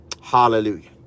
Hallelujah